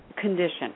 condition